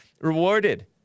rewarded